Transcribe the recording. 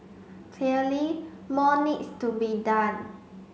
clearly more needs to be done